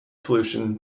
solution